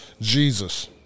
jesus